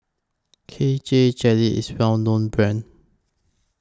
K J Jelly IS Well known Brand